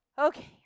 Okay